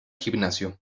gimnasio